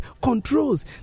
controls